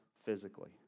physically